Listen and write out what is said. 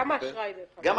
גם אשראי.